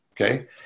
okay